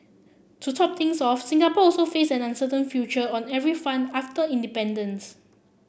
to top things off Singapore also faced an uncertain future on every front after independence